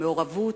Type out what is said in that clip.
מעורבות,